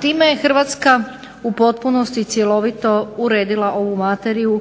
Time je Hrvatska u potpunosti i cjelovito uredila ovu materiju